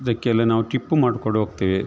ಇದಕ್ಕೆಲ್ಲ ನಾವು ಟ್ರಿಪ್ಪು ಮಾಡ್ಕೊಂಡೋಗ್ತೇವೆ